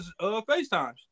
FaceTimes